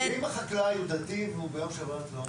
אם החקלאי הוא דתי ולא עובד בשבת?